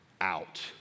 out